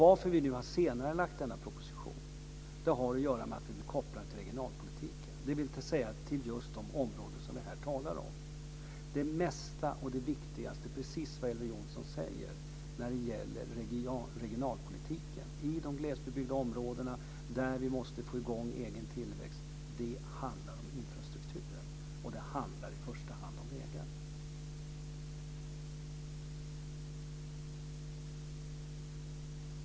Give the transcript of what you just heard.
Att vi nu har senarelagt denna proposition har att göra med att vi vill koppla den till regionalpolitiken, dvs. till just de områden som vi här talar om. Det mesta och det viktigaste, precis som Elver Jonsson säger, när det gäller regionalpolitiken i de glesbebyggda områdena där vi måste få i gång egen tillväxt handlar om infrastrukturen, och det handlar i första hand om vägar.